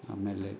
ಆಮೇಲೆ